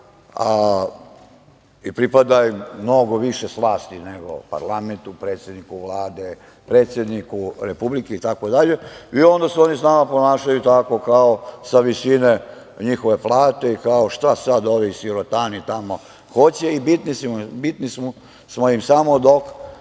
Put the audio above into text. i pripada im mnogo više slasti nego parlamentu, predsedniku Vlade, predsedniku Republike. Onda se oni sa nama ponašaju tako kao sa visine njihove plate i kao, šta sad ovi sirotani tamo hoće i bitni smo im samo dok